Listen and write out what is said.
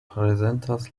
prezentas